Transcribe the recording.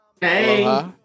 Hey